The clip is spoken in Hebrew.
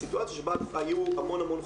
לעשות את הסגר ונבודד את אותם אזורים.